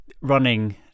running